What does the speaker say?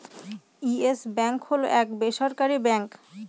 yes Bank হল এক বেসরকারি ব্যাঙ্ক